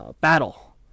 battle